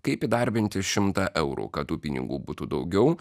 kaip įdarbinti šimtą eurų kad tų pinigų būtų daugiau